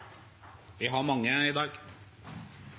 mange i dag.